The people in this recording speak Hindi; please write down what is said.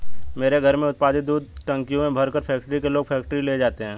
मेरे घर में उत्पादित दूध टंकियों में भरकर फैक्ट्री के लोग फैक्ट्री ले जाते हैं